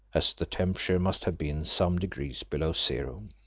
as the temperature must have been some degrees below zero.